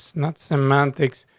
not semantics.